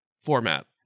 format